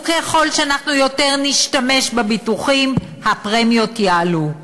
וככל שאנחנו נשתמש יותר בביטוחים, הפרמיות יעלו.